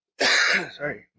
Sorry